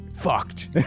Fucked